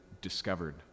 discovered